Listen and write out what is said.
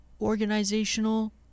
organizational